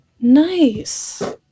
Nice